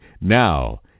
Now